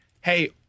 Hey